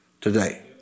today